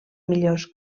millors